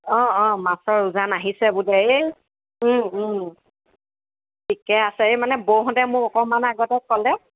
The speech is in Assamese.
অঁ অঁ মাছৰ উজান আহিছে বোলে এই ঠিকে আছে এই মানে বৌহঁতে মোক অকণমান আগতে ক'লে